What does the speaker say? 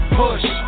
push